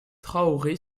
traoré